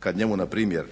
kada njemu npr.